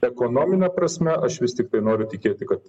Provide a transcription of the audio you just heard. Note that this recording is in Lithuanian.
ekonomine prasme aš vis tiktai noriu tikėti kad